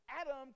Adam